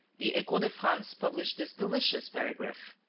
the echo de france published this delicious paragraph